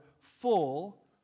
full